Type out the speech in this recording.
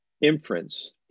inference